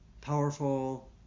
powerful